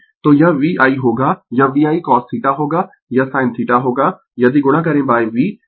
तो यह VI होगा यह VI cosθ होगा यह sin θ होगा यदि गुणा करें V